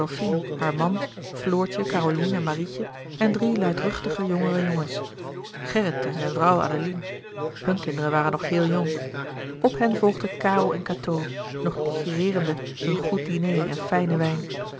haar man floortje caroline en marietje en drie luidruchtige jongere jongens gerrit en zijn vrouw adeline hunne kinderen waren nog heel jong op hen volgden karel en cateau nog digereerende hun goed diner en fijnen wijn